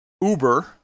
Uber